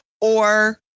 Or-